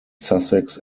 sussex